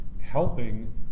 helping